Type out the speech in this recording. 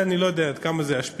אני לא יודע עד כמה זה ישפיע,